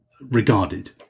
regarded